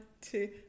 two